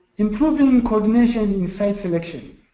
improving um coordination in site selection,